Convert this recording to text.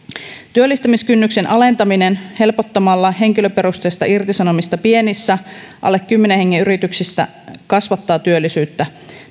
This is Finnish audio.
työllistämiskynnyksen alentaminen helpottamalla henkilöperusteista irtisanomista pienissä alle kymmenen hengen yrityksissä kasvattaa työllisyyttä